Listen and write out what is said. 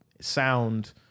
sound